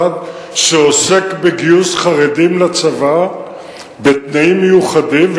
שעוסק בגיוס חרדים לצבא בתנאים מיוחדים,